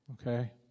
Okay